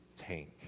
tank